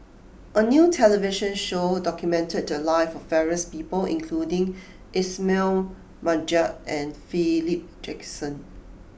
a new television show documented the lives of various people including Ismail Marjan and Philip Jackson